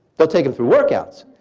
they'll take them through workouts.